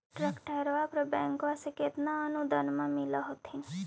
ट्रैक्टरबा पर बैंकबा से कितना अनुदन्मा मिल होत्थिन?